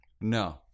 No